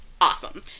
awesome